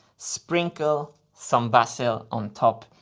sprinkle some basil on top.